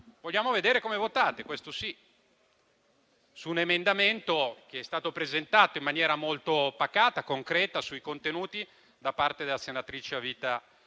Vogliamo vedere come votate, questo sì, su un emendamento che è stato presentato in maniera molto pacata e concreta sui contenuti da parte della senatrice a vita Cattaneo,